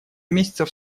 месяцев